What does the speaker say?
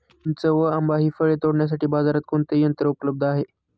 चिंच व आंबा हि फळे तोडण्यासाठी बाजारात कोणते यंत्र उपलब्ध आहे?